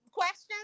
questions